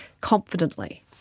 confidently